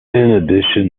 addition